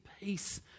peace